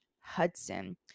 Hudson